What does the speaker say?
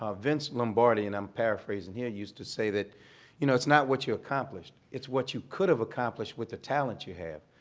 ah vince lombardi and i'm paraphrasing here used to say, you know it's not what you accomplished, it's what you could have accomplished with the talent you have.